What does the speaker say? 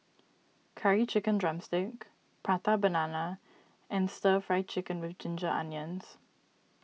Curry Chicken Drumstick Prata Banana and Stir Fry Chicken with Ginger Onions